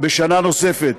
בשנה נוספת.